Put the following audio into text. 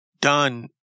done